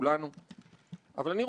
הם מנהלים את החסכונות שלנו,